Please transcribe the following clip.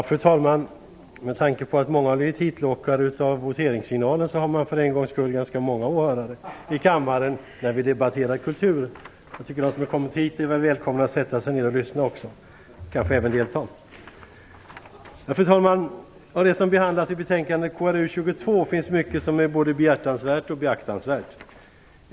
Fru talman! Med tanke på att många har blivit hitlockade av voteringssignalen är det för en gångs skull ganska många åhörare i kammaren när vi debatterar kulturen. De som har kommit hit är välkomna att sätta sig ned för att lyssna och kanske även delta. Fru talman! Av det som behandlas i betänkande KrU22 finns mycket som är både behjärtansvärt och beaktansvärt.